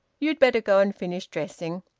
you'd better go and finish dressing.